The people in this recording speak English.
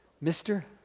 Mister